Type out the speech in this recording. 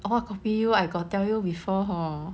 what copy you I've got tell you before hor